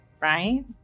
right